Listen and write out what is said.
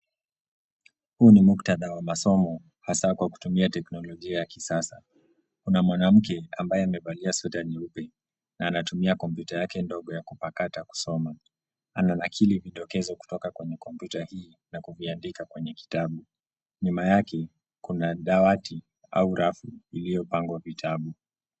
Huu ni muktadha wa masomo hasaa kwa kutumia teknolojia ya kisasa. Kuna mwanamke ambaye amevalia sweta nyeupe na anatumia kompyuta yake ndogo ya kupakata kusoma. Ananakili vidokezo kutoka kwenye kompyuta hii na kuviandika kwenye kitabu. Nyuma yake kuna dawati au rafu iliyopangwa vitabu.